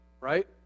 right